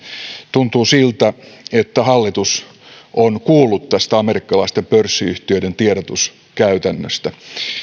tuntuu siltä että hallitus on kuullut tästä amerikkalaisten pörssiyhtiöiden tiedotuskäytännöstä